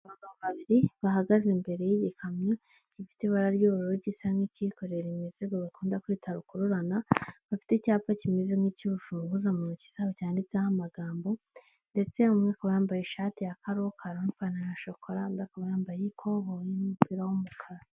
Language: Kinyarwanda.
Abagabo babiri bahagaze imbere y'igikamyo gifite ibara ry'ubururu gisa nkikikorera imizigo bakunda kwita rukururana bafite icyapa kimeze nk'icy'urufunguzo mu ntoki zabo cyanditseho amagambo ndetse umwe akaba yambaye ishati ya karokaro n'ipantaro ya shokora undi akabayambaye iy'ikoboyi n'ipantaro y'umukara.